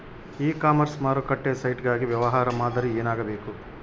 E commerce ಮಾರುಕಟ್ಟೆ site ಗಾಗಿ ವ್ಯವಹಾರ ಮಾದರಿ ಏನಾಗಿರಬೇಕು?